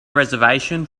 reservation